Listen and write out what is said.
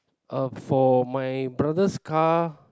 uh for my brother's car